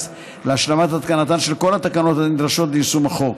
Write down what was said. להשלמת התקנתן של כל התקנות הנדרשות ליישום החוק.